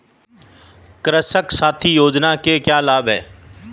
कृषक साथी योजना के क्या लाभ हैं?